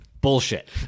Bullshit